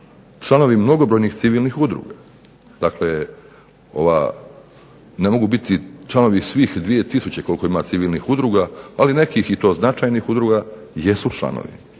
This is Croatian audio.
članovi mnogobrojnih civilnih udruga, dakle ova, ne mogu biti članovi svih 2 tisuće koliko ima civilnih udruga, ali nekih i to značajnih udruga jesu članovi,